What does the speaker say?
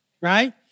Right